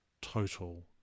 total